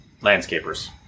landscapers